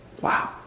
wow